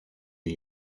new